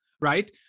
right